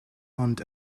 ond